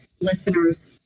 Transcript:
listeners